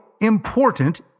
important